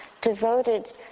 devoted